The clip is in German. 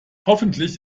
hoffentlich